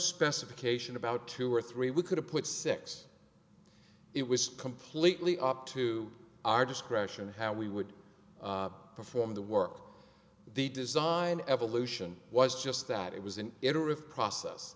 specification about two or three we could have put six it was completely up to our discretion how we would perform the work the design evolution was just that it was an interest process